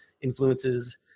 influences